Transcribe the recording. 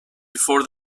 before